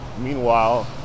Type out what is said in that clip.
Meanwhile